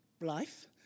life